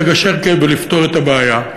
לגשר ולפתור את הבעיה,